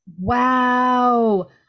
Wow